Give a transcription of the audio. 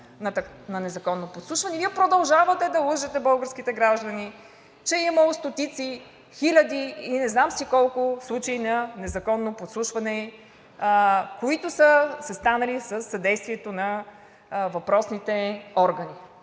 на незаконно подслушване, а Вие продължавате да лъжете българските граждани, че имало стотици, хиляди и не знам си колко случаи на незаконно подслушване, които са станали със съдействието на въпросите органи.